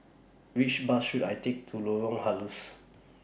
Which Bus should I Take to Lorong Halus